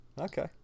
okay